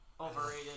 Overrated